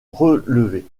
relevé